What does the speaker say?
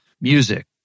Music